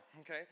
okay